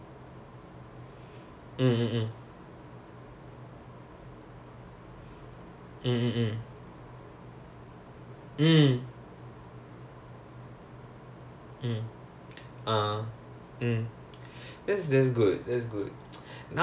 I have friends from canada then அவங்களோட:avangaloda T_L அவங்களோட:avangaloda they call it T_S_A lah tamil students association is very very very lively then um they always like engage their people ya and if ya